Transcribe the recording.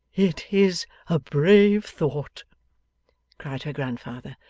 it is a brave thought cried her grandfather.